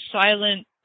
silent